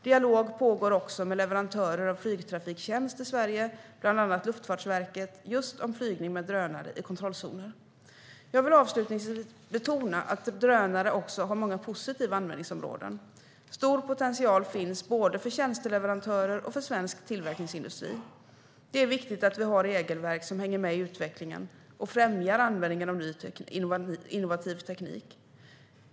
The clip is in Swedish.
Dialog pågår också med leverantörer av flygtrafiktjänst i Sverige, bland annat Luftfartsverket, just om flygning med drönare i kontrollzoner. Jag vill avslutningsvis betona att drönare också har många positiva användningsområden. Stor potential finns både för tjänsteleverantörer och för svensk tillverkningsindustri. Det är viktigt att vi har regelverk som hänger med i utvecklingen och främjar användningen av ny innovativ teknik.